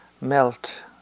melt